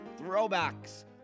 throwbacks